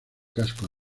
casco